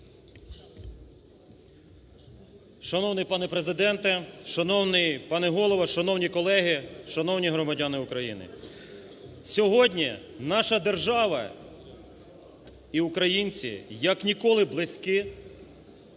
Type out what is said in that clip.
Шановний пане Президенте, шановний пане Голово, шановні колеги, шановні громадяни України! Сьогодні наша держава і українці, як ніколи, близькі